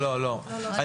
לא, לא.